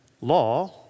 law